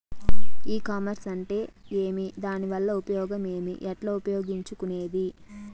ఈ కామర్స్ అంటే ఏమి దానివల్ల ఉపయోగం ఏమి, ఎట్లా ఉపయోగించుకునేది?